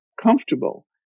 comfortable